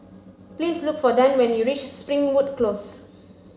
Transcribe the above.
please look for Dan when you reach Springwood Close